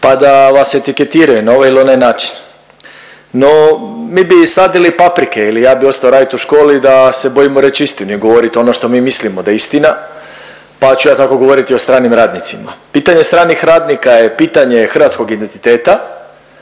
pa da vas etiketiraju na ovaj ili onaj način. No, mi bi sadili i paprike ili ja bi ostao raditi u školi da se bojimo reć istinu i govorit ono što mi mislimo da je istina, pa ću ja tako govoriti i o stranim radnicima. Pitanje stranih radnika je pitanje hrvatskog identiteta,